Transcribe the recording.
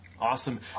Awesome